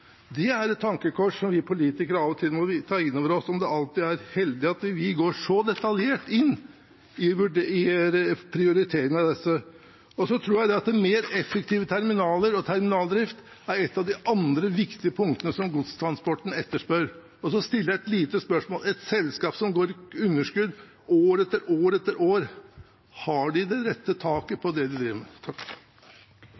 Det er et tankekors vi politikere av og til må ta inn over oss, om det alltid er heldig at vi går så detaljert inn i prioriteringene av dette. Jeg tror mer effektive terminaler og terminaldrift er et av de andre viktige punktene som godstransporten etterspør. Så stiller jeg et lite spørsmål: Et selskap som går med underskudd år etter år, har de det rette taket